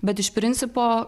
bet iš principo